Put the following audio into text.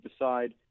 decide